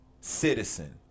citizen